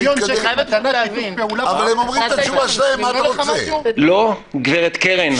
--- לא, גברת קרן.